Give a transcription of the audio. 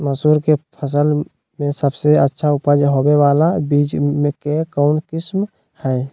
मसूर के फसल में सबसे अच्छा उपज होबे बाला बीज के कौन किस्म हय?